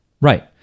Right